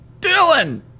Dylan